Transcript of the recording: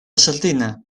sardina